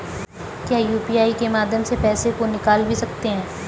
क्या यू.पी.आई के माध्यम से पैसे को निकाल भी सकते हैं?